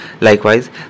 Likewise